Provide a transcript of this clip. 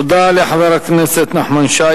תודה לחבר הכנסת נחמן שי.